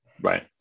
Right